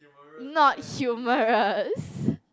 not humorous